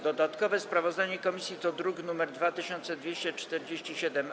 Dodatkowe sprawozdanie komisji to druk nr 2247-A.